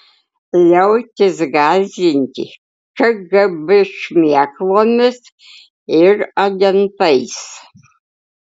liautis gąsdinti kgb šmėklomis ir agentais